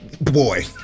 Boy